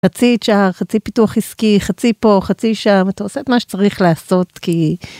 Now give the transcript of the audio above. רצית שער, חצי פיתוח עסקי, חצי פה, חצי שם, אתה עושה את מה שצריך לעשות כי...